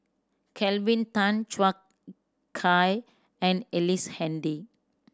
Kelvin Tan Chua Kay and Ellice Handy